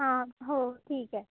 हा हो ठीक आहे